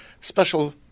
special